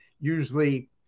usually